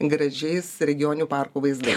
gražiais regioninių parkų vaizdais